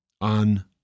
on